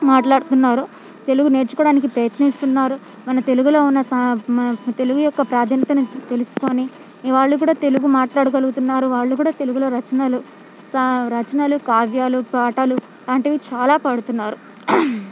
మాట్లాడుతున్నారు తెలుగు నేర్చుకోవడానికి ప్రయత్నిస్తున్నారు మన తెలుగులో ఉన్న సా మా తెలుగు యొక్క ప్రాధాన్యతను తెలుసుకొని వాళ్ళు కూడా తెలుగు మాట్లాడగలుగుతున్నారు వాళ్ళు కూడా తెలుగులో రచనలు సా రచనలు కావ్యాలు పాటలు వంటివి చాలా పాడుతున్నారు